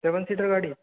seven seater गाड़ी